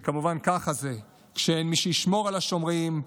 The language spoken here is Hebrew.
וכמובן, ככה זה כשאין מי שישמור על השומרים,